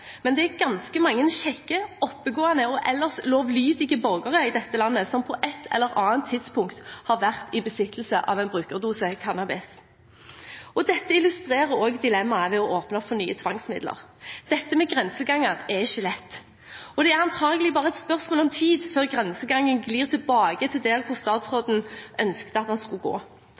men det er ganske mange kjekke, oppegående og ellers lovlydige borgere i dette landet som på et eller annet tidspunkt har vært i besittelse av en brukerdose cannabis. Dette illustrerer også dilemmaet ved å åpne opp for nye tvangsmidler. Dette med grenseganger er ikke lett, og det er antagelig bare et spørsmål om tid før grensegangen glir tilbake til der hvor statsråden ønsket at den skulle gå